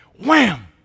wham